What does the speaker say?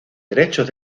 derechos